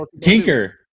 Tinker